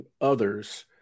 others